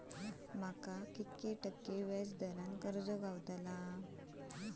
माका किती टक्के व्याज दरान कर्ज गावतला?